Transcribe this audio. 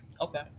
Okay